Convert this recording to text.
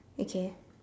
okay